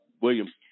William